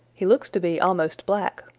he looks to be almost black,